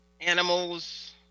animals